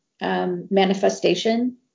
Manifestation